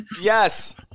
Yes